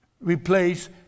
replace